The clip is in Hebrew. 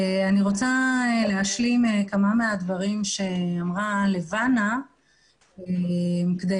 אני רוצה להשלים כמה מהדברים שאמרה לבנה כדי